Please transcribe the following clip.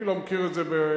אני לא מכיר את זה בפרטים.